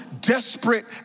desperate